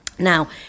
Now